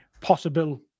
possible